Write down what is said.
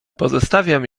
pozostawiam